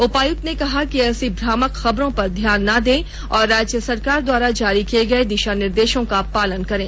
उपायुक्त ने कहा कि ऐसी भ्रामक खबरों पर ध्यान न दें और राज्य सरकार द्वारा जारी किये गये दिशा निर्देशों का पालन करें